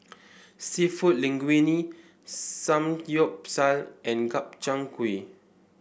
seafood Linguine Samgyeopsal and Gobchang Gui